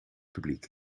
publiek